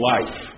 Life